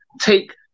take